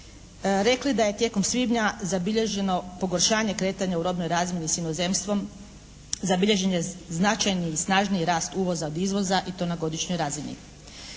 rekli da je tijekom svibnja zabilježeno pogoršanje kretanja u robnoj razmjeni s inozemstvom, zabilježen je značajni i snažniji rast uvoza od izvoza i to na godišnjoj razini.